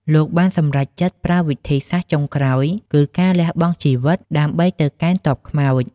លោកបានសម្រេចចិត្តប្រើវិធីសាស្រ្តចុងក្រោយ គឺការលះបង់ជីវិតដើម្បីទៅកេណ្ឌទ័ពខ្មោច។